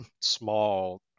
small